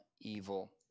evil